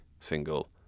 single